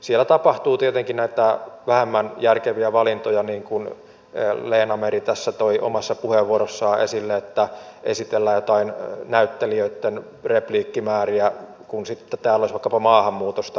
siellä tapahtuu tietenkin näitä vähemmän järkeviä valintoja niin kuin leena meri tässä toi omassa puheenvuorossaan esille että esitellään joitain näyttelijöitten repliikkimääriä kun täällä olisi vaikkapa maahanmuutosta uutisoitavaa